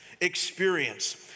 Experience